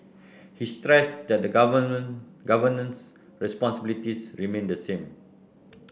he stressed that the Government Government's responsibilities remain the same